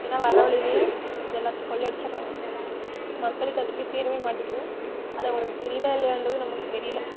ஏனால் வர வழிலையே அது எல்லாத்தையும் கொள்ள அடிச்சிடறாங்க மக்களுக்கு அது போய் சேரவே மாட்டேக்கிது அது அவங்களுக்கு தெரியுதா இல்லையான்றதும் நமக்கு தெரியலை